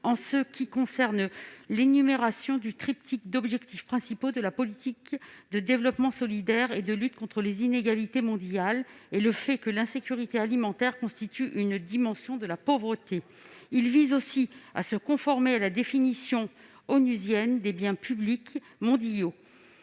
1 A sur l'énumération du triptyque d'objectifs principaux de la politique de développement solidaire et de lutte contre les inégalités mondiales, et sur le fait que l'insécurité alimentaire constitue une dimension de la pauvreté. Il tend aussi à se conformer à la définition onusienne des biens publics mondiaux,